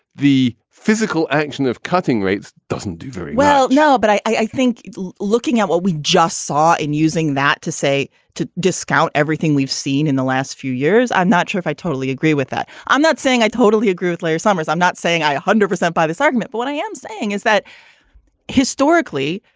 the physical action of cutting rates doesn't do very well no, but i i think looking at what we just saw in using that to say to discount everything we've seen in the last few years, i'm not sure if i totally agree with that. i'm not saying i totally agree with larry summers. i'm not saying i one hundred percent buy this argument. but what i am saying is that historically,